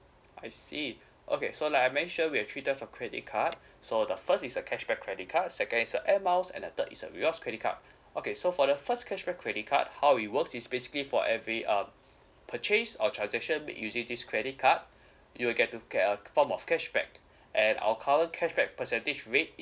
I see okay so like I mention we have three type of credit card so the first is a cashback credit card second is a airmiles and the third is a rewards credit card okay so for the first cashback credit card how we works is basically for every uh purchase or transaction using this credit card you'll get to get a form of cashback and our current cashback percentage rate is